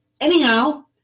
Anyhow